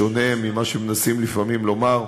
בשונה ממה שמנסים לפעמים לומר,